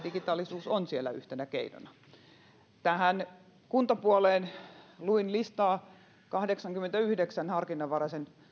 digitaalisuus on kyllä yhtenä keinona kuntapuoleen luin listaa kahdeksankymmenenyhdeksän harkinnanvaraisen